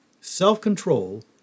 self-control